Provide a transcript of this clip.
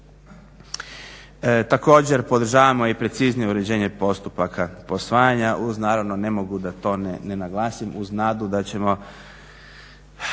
Također podržavamo i preciznije uređenje postupaka posvajanja uz naravno ne mogu da to ne naglasim uz nadu da ćemo